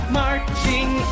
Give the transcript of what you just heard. marching